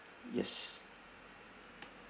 yes